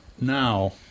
Now